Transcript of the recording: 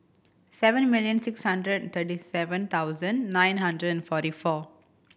seven million six hundred thirty seven thousand nine hundred and forty four